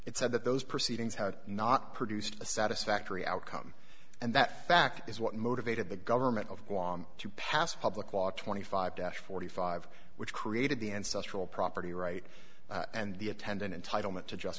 it said that those proceedings had not produced a satisfactory outcome and that fact is what motivated the government of guam to pass a public law twenty five dash forty five which created the ancestral property right and the attendant entitlement to just